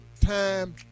time